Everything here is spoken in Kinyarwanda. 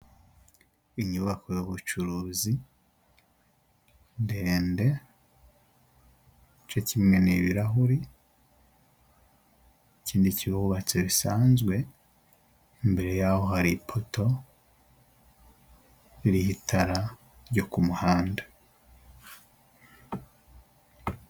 Inyubako y'ubucuruzi ndende igice kimwe ni ibirahure ikindi kirubatse bisanzwe, imbere yaho hari ipoto ririho itara ryo ku muhanda.